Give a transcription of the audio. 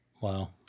Wow